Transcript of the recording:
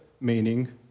meaning